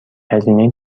هزینه